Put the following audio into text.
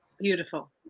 beautiful